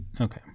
Okay